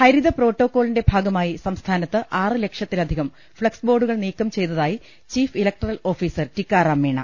ഹരിത പ്രോട്ടോക്കോളിന്റെ ഭാഗമായി സംസ്ഥാനത്ത് ആറ് ലക്ഷ ത്തിലധികം ഫ്ളെക്സ് ബോർഡുകൾ നീക്കം ചെയ്തതായി chief electoral officer Tikaram Meena